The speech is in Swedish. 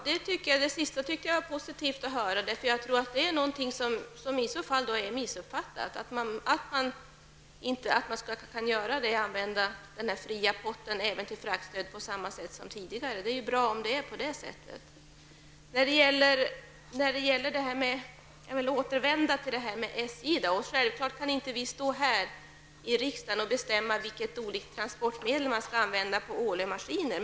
Herr talman! Det sista tycker jag var positivt att höra. Jag tror att det har skett en missuppfattning i detta sammanhang, nämligen att man kan använda den fria potten till fraktstöd på samma sätt som tidigare. Det är ju bra om det är på det sättet. Självfallet kan vi inte stå här i riksdagen och bestämma vilket transportmedel som Ålö Maskiner skall använda.